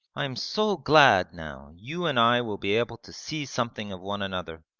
i am so glad now you and i will be able to see something of one another.